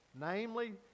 namely